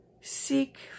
seek